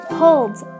holds